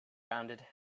rounded